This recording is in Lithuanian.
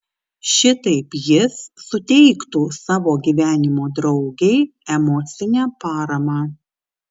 šitaip jis suteiktų savo gyvenimo draugei emocinę paramą